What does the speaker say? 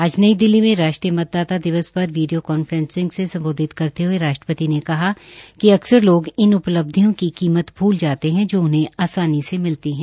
आज नई दिल्ली में राष्ट्रीय मतदाता दिवस पर वीडियो कांफ्रेसिंग से सम्बोधित करते हये राष्ट्रपति ने कहा कि अकसर लोग इन उपलब्धियों की कीमत भूल जाते है जो उन्हें आसानी से मिलती है